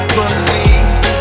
believe